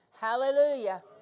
Hallelujah